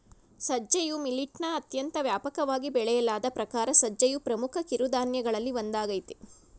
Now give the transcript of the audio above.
ಸಜ್ಜೆಯು ಮಿಲಿಟ್ನ ಅತ್ಯಂತ ವ್ಯಾಪಕವಾಗಿ ಬೆಳೆಯಲಾದ ಪ್ರಕಾರ ಸಜ್ಜೆಯು ಪ್ರಮುಖ ಕಿರುಧಾನ್ಯಗಳಲ್ಲಿ ಒಂದಾಗಯ್ತೆ